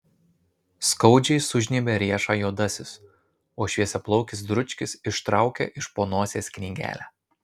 skaudžiai sužnybia riešą juodasis o šviesiaplaukis dručkis ištraukia iš po nosies knygelę